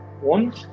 One